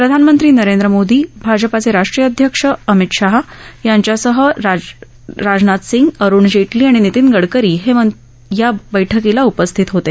प्रधानमंत्री नरेंद्र मोदी भाजपाचे राष्ट्रीय अध्यक्ष अमित शाह यांच्यासह राजनाथ सिंह अरुण जेटली आणि नितीन गडकरी हे या बैठकीला उपस्थित होते